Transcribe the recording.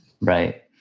Right